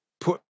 put